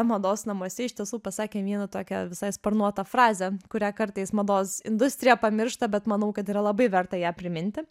mados namuose iš tiesų pasakė vieną tokią visai sparnuotą frazę kurią kartais mados industrija pamiršta bet manau kad yra labai verta ją priminti